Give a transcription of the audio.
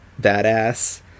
badass